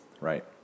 Right